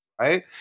right